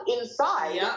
inside